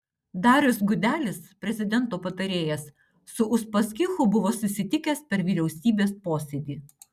darius gudelis prezidento patarėjas su uspaskichu buvo susitikęs per vyriausybės posėdį